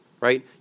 right